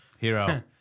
Hero